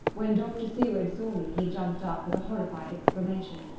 when dr. seward saw me he jumped up with a horrified exclamation,